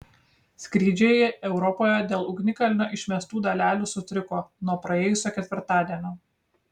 skrydžiai europoje dėl ugnikalnio išmestų dalelių sutriko nuo praėjusio ketvirtadienio